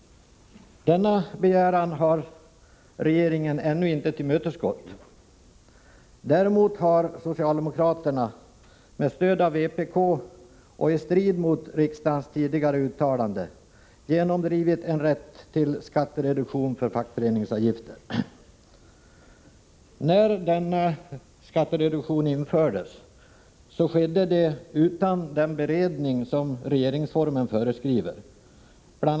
Denna begäran har regeringen ännu inte tillmötesgått. Däremot har socialdemokraterna med stöd av vpk och i strid mot riksdagens tidigare uttalande genomdrivit en rätt till skattereduktion för fackföreningsavgifter. När denna skattereduktion infördes skedde det utan den beredning som regeringsformen föreskriver. Bl.